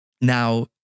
Now